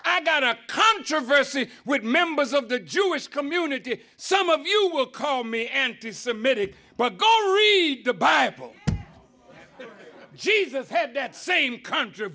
i got a controversy with members of the jewish community some of you will call me anti semitic but go read the bible jesus had that same contr